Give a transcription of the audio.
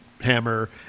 hammer